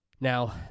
Now